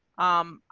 um,